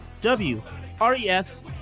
W-R-E-S